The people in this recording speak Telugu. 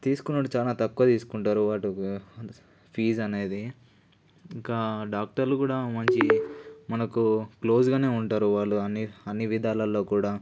తీసుకోవడం చాలా తక్కువ తీసుకుంటారు వాటికి ఫీజు అనేది ఇంకా డాక్టర్లు కూడా మంచి మనకు క్లోజ్గానే ఉంటారు వాళ్ళు అన్ని అన్ని విధాలలో కూడా